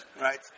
right